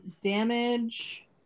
damage